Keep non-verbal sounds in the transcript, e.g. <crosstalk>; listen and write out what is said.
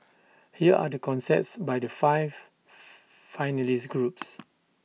here are the concepts by the five <noise> finalist groups